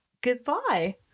Goodbye